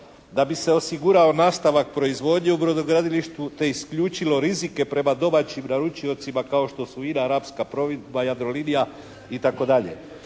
Da bi se osigurao nastavak proizvodnje u brodogradilištu te isključilo rizike prema domaćim naručiocima kao što su INA, «Rabska plovidba», «Jadrolinija» i